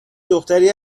دختری